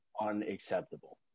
Unacceptable